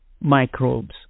microbes